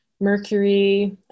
mercury